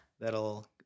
that'll